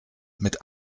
mit